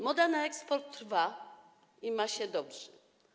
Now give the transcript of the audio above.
Moda na eksport trwa i ma się dobrze.